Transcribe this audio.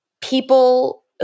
people